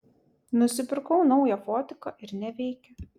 nusipirkau naują fotiką ir neveikia